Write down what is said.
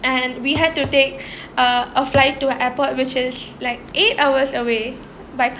and we had to take uh a flight to a airport which is like eight hours away by c~